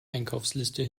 einkaufsliste